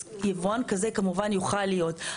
אז יבואן כזה כמובן יוכל להיות.